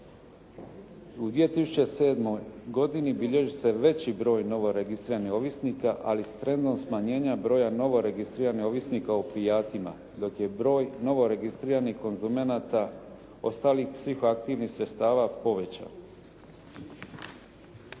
U 2007. godini bilježi se veći broj novoregistriranih ovisnika, ali s trendom smanjenja broja novoregistriranih ovisnika o opijatima, dok je broj novoregistriranih konzumenata ostalih psihoaktivnih sredstava povećan.